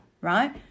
right